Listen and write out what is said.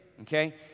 Okay